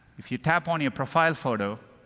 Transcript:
if you tap on your profile photo,